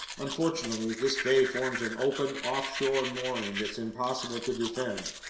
unfortunately this bay forms an open, offshore mooring that's impossible to defend.